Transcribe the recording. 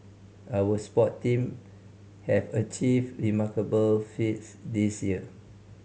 our sport teams have achieved remarkable feats this year